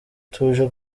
tuje